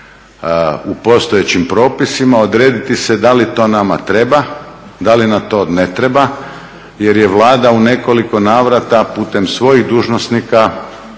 u postojećim propisima odrediti se da li to nama treba, da li nam to ne treba jer je Vlada u nekoliko navrata putem svojih dužnosnika već